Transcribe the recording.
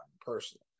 personally